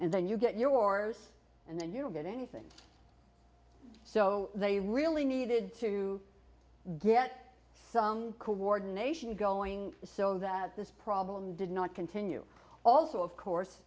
and then you get yours and then you don't get anything so they really needed to get some coordination going so that this problem did not continue also of course